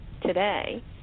today